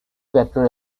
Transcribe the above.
patrol